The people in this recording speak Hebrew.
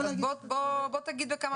בוא תגיד בכמה מילים.